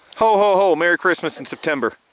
ho-ho-ho, merry christmas in september.